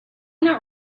not